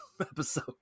episode